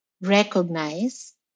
recognize